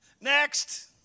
Next